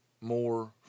more